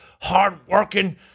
hard-working